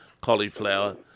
cauliflower